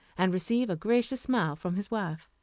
and receive a gracious smile from his wife.